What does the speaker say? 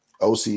OC